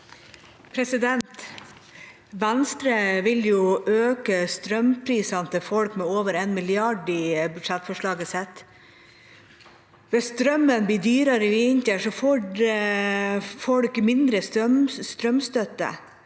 Venstre vil øke strøm- prisene til folk med over 1 mrd. kr i budsjettforslaget sitt. Hvis strømmen blir dyrere i vinter, får folk mindre strømstøtte.